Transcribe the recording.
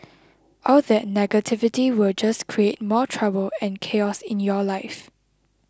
all that negativity will just create more trouble and chaos in your life